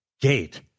gate